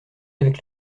avec